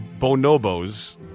Bonobos